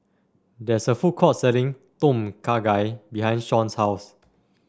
there is a food court selling Tom Kha Gai behind Shawn's house